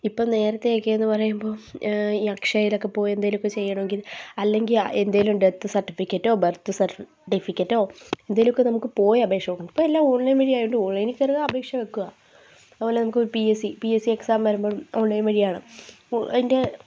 ഇപ്പം നേരത്തേയെക്കേന്ന് പറയുമ്പോൾ ഈ അക്ഷയേലക്കെ പോയി എന്തേലും ഒക്കെ ചെയ്യണമെങ്കിൽ അല്ലെങ്കിൽ എന്തേലും ഡെത്ത് സർട്ടിഫിക്കറ്റോ ബെർത്ത് സർട്ടിഫിക്കറ്റോ എന്തേലുവക്കെ നമുക്ക് പോയി അപേക്ഷ കൊടുക്കണം ഇപ്പം എല്ലാം ഓൺലൈൻ വഴി ആയോണ്ട് ഓൺലൈനി കയറുക അപേക്ഷ വെക്കുവാ അതുപോലെ നമുക്ക് പി എസ് സി ഈ പി എസ് സീ എക്സാം വരുമ്പം ഓൺലൈൻ വഴിയാണ് ഇപ്പോൾ അതിൻ്റെ